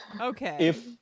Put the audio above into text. Okay